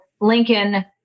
lincoln